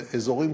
באזורים,